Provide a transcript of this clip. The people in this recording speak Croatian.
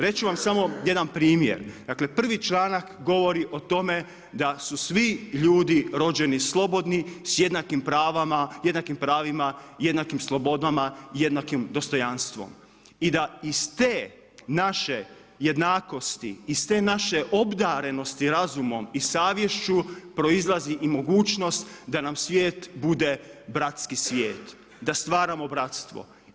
Reći ću vam samo jedan primjer- dakle, članak 1. govori o tome da su svi ljudi rođeni slobodni, sa jednakim pravima, jednakim slobodama, jednakim dostojanstvo i da iz te naše jednakosti, iz te naše obdarenosti razumom i savješću, proizlazi i mogućnost da nam svijet bude bratski svijet, da stvaramo bratstvo.